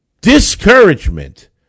discouragement